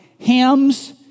Ham's